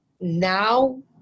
now